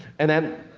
and then